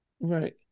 right